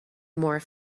more